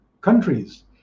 countries